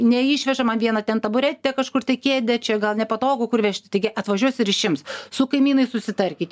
neišveža man vieną ten taburetę kažkur tai kėdę čia gal nepatogu kur vežti taigi atvažiuos ir išims su kaimynais susitarkit